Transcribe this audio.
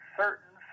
certain